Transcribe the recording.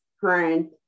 current